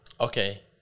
Okay